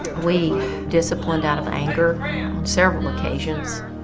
we disciplined out of anger on several occasions.